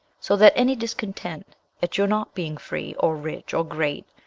so that any discontent at your not being free, or rich, or great,